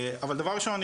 אבל דבר ראשון,